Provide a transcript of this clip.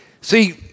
See